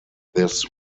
this